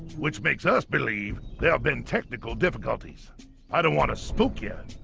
which makes us believe there have been technical difficulties i don't want to spook yet,